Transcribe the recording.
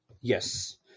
Yes